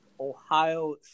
Ohio